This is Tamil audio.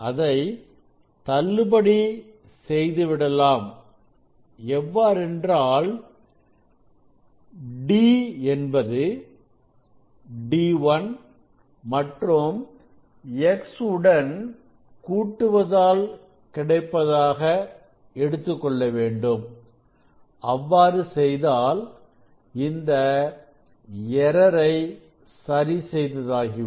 அதை தள்ளுபடி செய்து விடலாம் எவ்வாறென்றால் D என்பதை D1 மற்றும் x உடன் கூட்டுவதால் கிடைப்பதாக எடுத்துக்கொள்ள வேண்டும் அவ்வாறு செய்தால் இந்த error சரி செய்த தாக்கிவிடும்